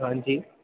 हांजी